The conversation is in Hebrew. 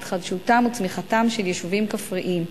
התחדשותם וצמיחתם של יישובים כפריים.